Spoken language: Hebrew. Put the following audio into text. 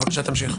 בבקשה, תמשיך.